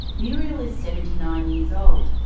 muriel is seventy nine years old,